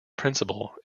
principle